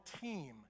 team